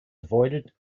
avoided